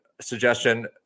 Suggestion